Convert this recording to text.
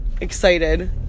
excited